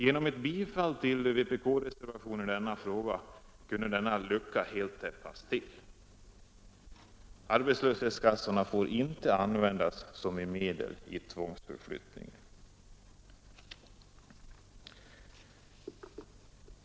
Genom ett bifall till vpk-reservationen i denna fråga kunde denna lucka helt täppas till. Arbetslöshetskassorna får inte användas som ett medel i tvångsförflyttningen.